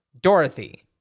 Dorothy